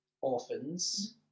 orphans